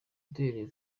duhereye